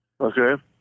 Okay